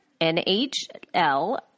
NHL